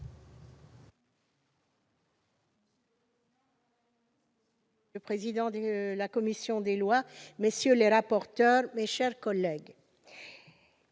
monsieur le président de la commission des lois, messieurs les corapporteurs, mes chers collègues,